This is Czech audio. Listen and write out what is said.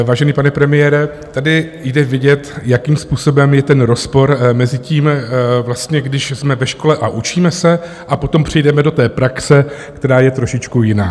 Vážený pane premiére, tady jde vidět, jakým způsobem je ten rozpor mezi tím, když jsme ve škole a učíme se, a potom přijdeme do té praxe, která je trošičku jiná.